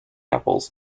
apples